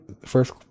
first